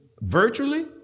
virtually